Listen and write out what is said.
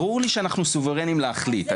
ברור לי שאנחנו סוברנים להחליט,